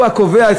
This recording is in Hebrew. שהוא הקובע,